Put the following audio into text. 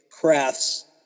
crafts